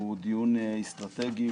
הוא דיון אסטרטגי,